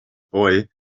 boy